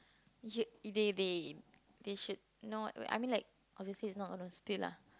you they they they should not I mean like obviously it's not going to spill lah